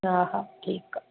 हा हा ठीकु आहे